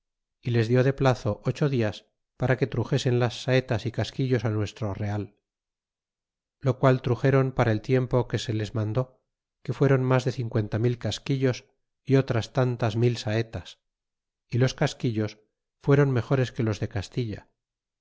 y les dió de plazo ocho dias para que truxesen las saetas y casquillos á nuestro r eal lo qual truxeron para el tiempo que se les mandó que fueron mas de cincuenta mil casquillos y otras tantas mil saetas y los casquillos fueron mejores que los de castilla